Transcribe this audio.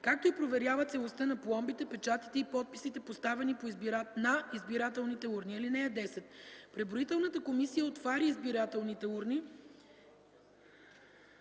както и проверява целостта на пломбите, печатите и подписите, поставени на избирателните урни. (10) Преброителната комисия отваря избирателните урни